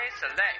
Select